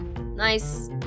Nice